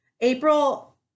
April